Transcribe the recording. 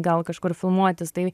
gal kažkur filmuotis tai